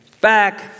Back